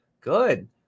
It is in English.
Good